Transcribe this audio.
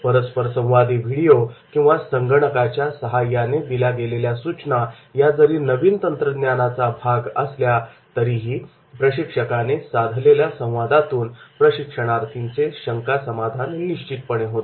परस्परसंवादी व्हिडिओ किंवा संगणकाच्या साह्याने दिल्या गेलेल्या सूचना या जरी नवीन तंत्रज्ञानाचा भाग असल्या तरीही प्रशिक्षकाने साधलेल्या संवादातून प्रशिक्षणार्थीचे शंका समाधान निश्चितपणे होते